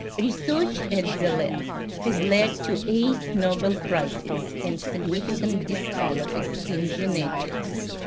but research at the lab has led to eight nobel prices in significant discoveries in genetics,